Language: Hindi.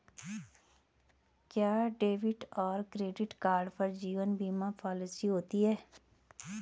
क्या डेबिट या क्रेडिट कार्ड पर जीवन बीमा पॉलिसी होती है?